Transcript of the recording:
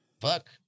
Fuck